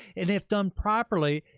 and if done properly,